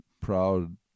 proud